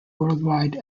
worldwide